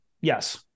Yes